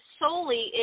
solely